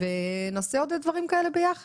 ונעשה עוד דברים כאלה ביחד.